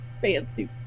fancy